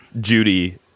Judy